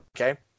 Okay